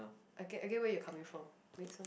I get I get where you coming from